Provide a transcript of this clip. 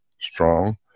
strong